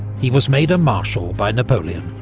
he was made a marshal by napoleon,